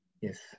Yes